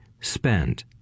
spend